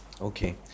okay